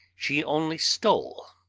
she only stole.